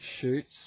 shoots